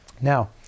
Now